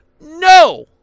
No